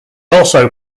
also